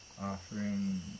offering